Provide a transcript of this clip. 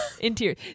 Interior